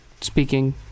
speaking